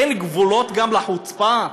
אין גבולות גם לחוצפה?